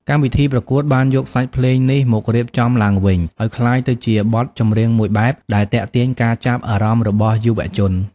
កម្មវិធីប្រកួតបានយកសាច់ភ្លេងនេះមករៀបចំឡើងវិញឲ្យក្លាយទៅជាបទចម្រៀងមួយបែបដែលទាក់ទាញការចាប់អារម្មណ៍របស់យុវជន។